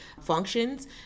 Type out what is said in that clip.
functions